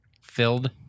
filled